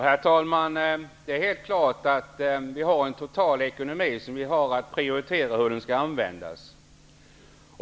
Herr talman! Det är helt klart att vi har att prioritera hur de totala ekonomiska resurserna skall användas.